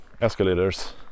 escalators